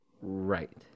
Right